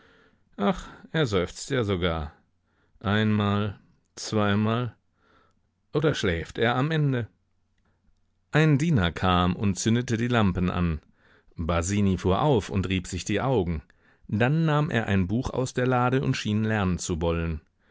ach er seufzt ja sogar einmal zweimal oder schläft er am ende ein diener kam und zündete die lampen an basini fuhr auf und rieb sich die augen dann nahm er ein buch aus der lade und schien lernen zu wollen